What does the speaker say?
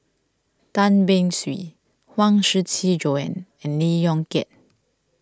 Tan Beng Swee Huang Shiqi Joan and Lee Yong Kiat